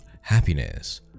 happiness